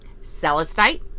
celestite